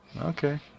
Okay